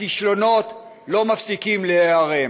הכישלונות לא מפסיקים להיערם.